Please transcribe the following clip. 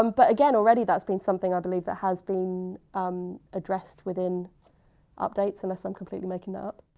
um but again, already that's been something i believe, that has been um addressed within updates, unless i'm completely making that up.